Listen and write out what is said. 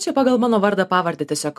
čia pagal mano vardą pavardę tiesiog